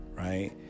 Right